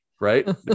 right